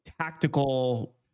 tactical